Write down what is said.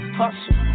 hustle